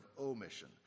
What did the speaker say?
omission